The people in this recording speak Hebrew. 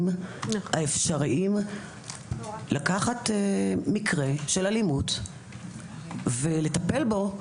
האפשריים - לקחת מקרה של אלימות ולטפל בו.